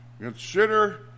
consider